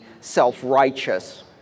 self-righteous